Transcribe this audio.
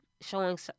Showing